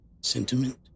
sentiment